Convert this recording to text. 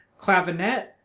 clavinet